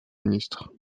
ministre